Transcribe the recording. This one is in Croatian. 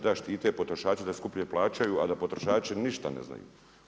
Da, štite potrošače da skuplje plaćaju a da potrošači ništa ne znaju.